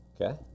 Okay